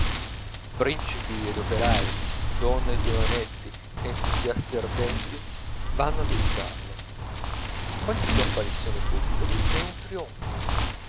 principi ed operai donne e giovanetti entusiasti ardenti vanno a visitarlo ogni sua apparizione in pubblico è un trionfo